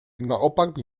naopak